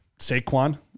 Saquon